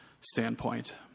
standpoint